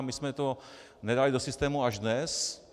My jsme to nedali do systému až dnes.